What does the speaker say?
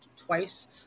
Twice